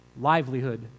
livelihood